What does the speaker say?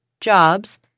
jobs